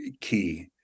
key